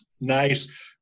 nice